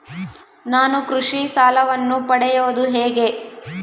ನಾನು ಕೃಷಿ ಸಾಲವನ್ನು ಪಡೆಯೋದು ಹೇಗೆ?